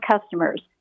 customers